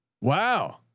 Wow